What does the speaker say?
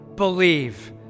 believe